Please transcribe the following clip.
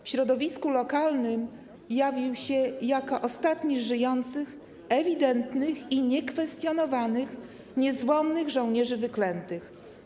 W środowisku lokalnym jawił się jako ostatni z żyjących, ewidentnych i niekwestionowanych, niezłomnych żołnierzy wyklętych.